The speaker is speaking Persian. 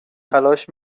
تلاش